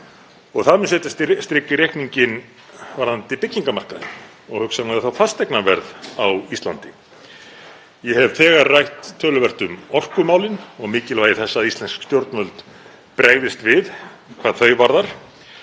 Það mun setja strik í reikninginn varðandi byggingarmarkaðinn og hugsanlega þá fasteignaverð á Íslandi. Ég hef þegar rætt töluvert um orkumálin og mikilvægi þess að íslensk stjórnvöld bregðist við hvað þau varðar